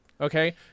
okay